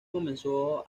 comenzó